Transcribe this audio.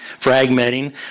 fragmenting